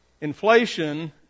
Inflation